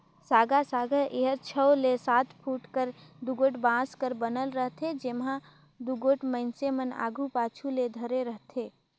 साँगा साँगा एहर छव ले सात फुट कर दुगोट बांस कर बनल रहथे, जेम्हा दुगोट मइनसे मन आघु पाछू ले धरे रहथे